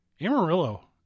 Amarillo